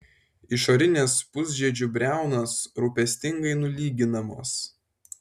išorinės pusžiedžių briaunos rūpestingai nulyginamos